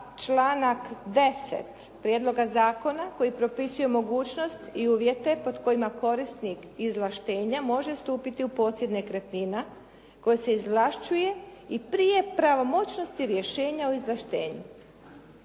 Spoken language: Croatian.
članak 10. prijedloga zakona koji propisuje mogućnost i uvjete pod kojima korisnik izvlaštenja može stupiti u posjed nekretnina koja se izvlašćuje i prije pravomoćnosti rješenja o izvlaštenju.